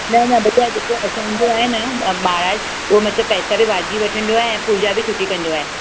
न न भईया ॾिसो असांजो ईंदो आहे न महाराजु उहो मतलबु पैसा बि वाजिबी वठंदो आहे ऐं पूॼा बि सुठी कंदो आहे